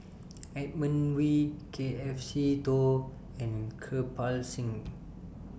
Edmund Wee K F Seetoh and Kirpal Singh